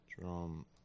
Drum